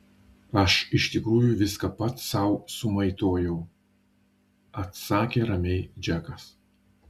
aš iš tikrųjų viską pats sau sumaitojau atsakė ramiai džekas